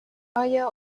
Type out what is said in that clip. آیا